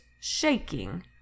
shaking